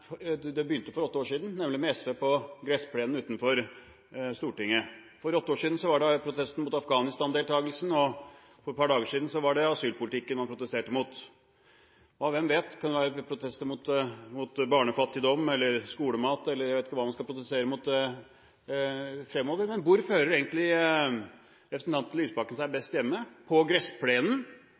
den begynte for åtte år siden, nemlig med SV på gressplenen utenfor Stortinget. For åtte år var det protest mot deltagelsen i Afghanistan, og for et par dager var det asylpolitikken man protesterte mot. Og hvem vet, det kan være protester mot barnefattigdom eller skolemat eller – jeg vet ikke hva man skal protestere mot fremover. Hvor føler egentlig representanten Lysbakken seg best hjemme, på gressplenen,